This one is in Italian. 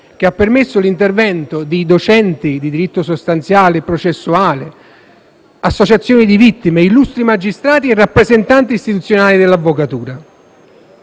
che ha permesso l'intervento di docenti di diritto sostanziale e processuale, associazioni di vittime, illustri magistrati e rappresentanti istituzionali dell'avvocatura.